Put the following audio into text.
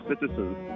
citizens